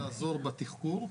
לעזור בתחקור.